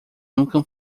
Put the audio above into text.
nunca